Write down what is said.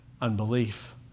Unbelief